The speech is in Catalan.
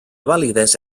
validesa